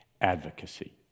advocacy